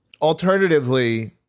Alternatively